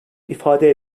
ifade